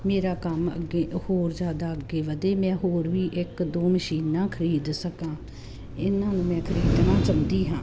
ਮੇਰਾ ਕੰਮ ਅੱਗੇ ਹੋਰ ਜਿਆਦਾ ਅੱਗੇ ਵਧੇ ਮੈਂ ਹੋਰ ਵੀ ਇੱਕ ਦੋ ਮਸ਼ੀਨਾਂ ਖਰੀਦ ਸਕਾਂ ਇਹਨਾਂ ਨੂੰ ਮੈਂ ਖਰੀਦਣਾ ਚਾਹੁੰਦੀ ਹਾਂ